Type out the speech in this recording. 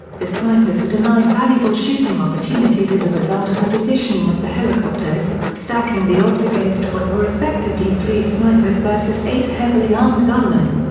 the snipers were denied valuable shooting opportunities as a result of the positioning of the helicopters, stacking the odds against what were effectively three snipers versus eight heavily armed gunmen.